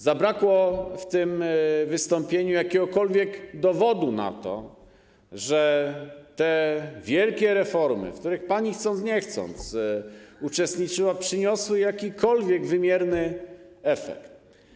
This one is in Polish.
Zabrakło w tym wystąpieniu jakiegokolwiek dowodu na to, że te wielkie reformy, w których wprowadzaniu pani, chcąc nie chcąc, uczestniczyła, przyniosły jakikolwiek wymierny efekt.